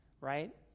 right